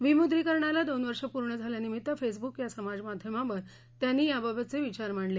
विमुद्रीकरणाला दोन वर्ष पूर्ण झाल्यानिमित्त फेसब्रुक या समाजमाध्यमावर त्यांनी याबाबतचे विचार मांडले